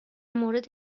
مورد